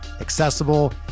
accessible